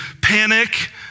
panic